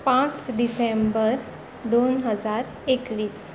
पांच डिसेंबर दोन हजार एकवीस